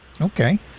Okay